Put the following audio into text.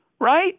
right